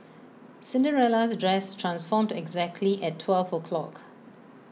Cinderella's dress transformed exactly at twelve o' clock